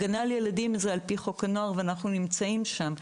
הגנה על ילדים זה על פי חוק הנוער ואנחנו נמצאים שם,